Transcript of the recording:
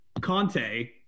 Conte